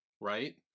right